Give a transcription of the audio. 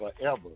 forever